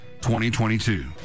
2022